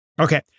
Okay